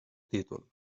títol